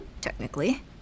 Technically